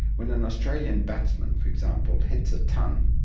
when an australian batsman, for example, hits a ton,